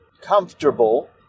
comfortable